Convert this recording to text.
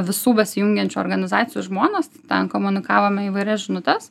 visų besijungiančių organizacijų žmones ten komunikavome įvairias žinutes